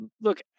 look